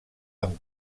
amb